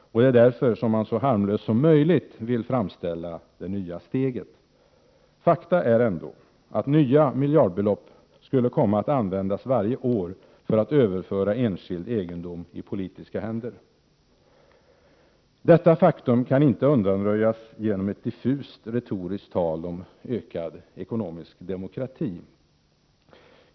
Och det är därför som man vill framställa det nya steget som så harmlöst som möjligt. Fakta är ändå att nya miljardbelopp skulle komma att användas varje år för att överföra enskild egendom i politiska händer. Detta faktum kan inte undanröjas genom ett diffust retoriskt tal om ökad ”ekonomisk demokrati”.